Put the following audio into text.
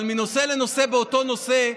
אבל מנושא לנושא באותו נושא,